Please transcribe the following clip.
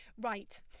Right